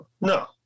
No